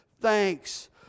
thanks